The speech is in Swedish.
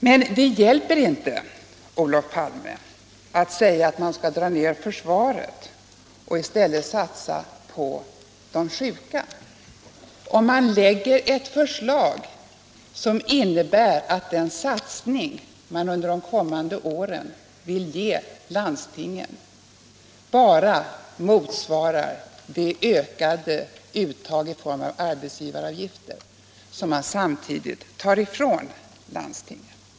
Men det hjälper inte, Olof Palme, att säga att man skall dra ned försvaret och i stället satsa på de sjuka om man lägger ett förslag som innebär att de belopp som man under de kommande åren vill ge landstingen bara motsvarar det ökade uttag i form av arbetsgivaravgifter som man samtidigt tar ifrån landstingen.